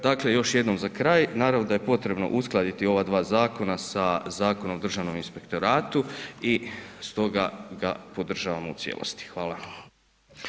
Dakle, još jednom za kraj, naravno da je potrebno uskladiti ova dva zakona, sa Zakonom o državnom inspektoratu i stoga ga podržavamo u cijelosti.